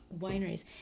wineries